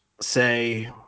say